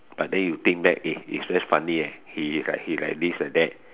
but then you think back eh it's very funny eh he is like like this like that